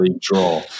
draw